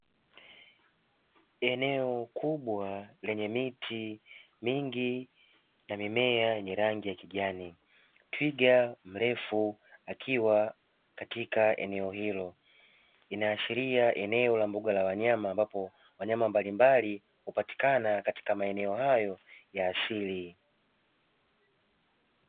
Eneo kubwa lenye miti mingi na mimea ya rangi ya kijani, twiga mrefu akiwa katika eneo hilo, inaashiria eneo la mbuga la wanyama ambapo wanyama mbalimbali hupatikana katika maeneo hayo ya asili.